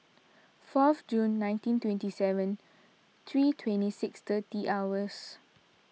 fourth June nineteen twenty seven three twenty six thirty hours